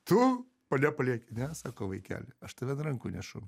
tu mane palieki ne sako vaikeli aš tave ant rankų nešu